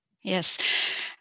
Yes